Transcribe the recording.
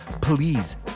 please